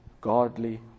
godly